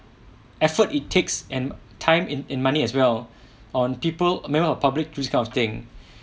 effort it takes and time in in money as well on people member of public this kind of thing